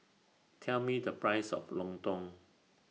Tell Me The Price of Lontong